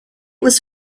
was